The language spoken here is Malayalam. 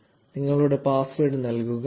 0130 നിങ്ങളുടെ പാസ്വേഡ് നൽകുക